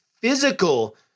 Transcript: physical